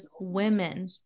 women